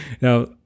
Now